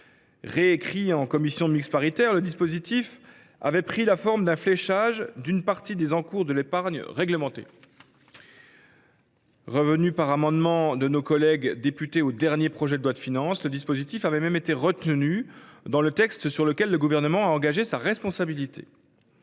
Réécrit en commission mixte paritaire, le dispositif avait pris la forme d’un fléchage d’une partie des encours de l’épargne réglementée. Réintroduit par un amendement de nos collègues députés dans le dernier projet de loi de finances, il avait même été retenu dans le texte sur lequel le Gouvernement a engagé sa responsabilité.